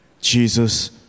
Jesus